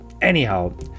Anyhow